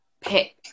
pick